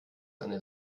eine